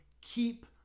Keep